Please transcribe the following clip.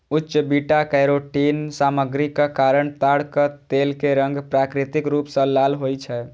उच्च beta carotene सामग्रीक कारण ताड़क तेल के रंग प्राकृतिक रूप सं लाल होइ छै